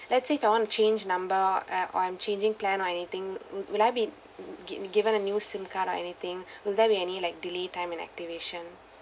let's say if I want to change number e~ or I'm changing plan or anything wi~ will I be gi~ given a new SIM card or anything will there be any like delay time in activation